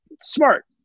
smart